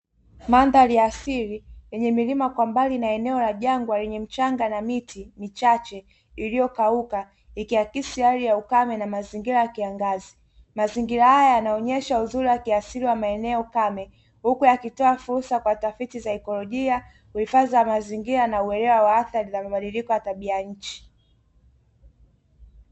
Mandhari ya asili yenye milima kwa mbali na eneo la jangwa lenye mchanga na miti michache iliyokauka, ikiakisi hali ya ukame na mazingira ya kiangazi. Mazingira haya yanaonyesha uzuri wa kiasili wa maeneo kame huku yakitoa fursa kwa tafiti za ekolojia, uhifadhi mazingira na uelewa wa athari za mabadiliko ya tabia nchi yetu.